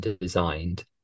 designed